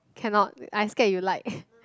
cannot I scared you like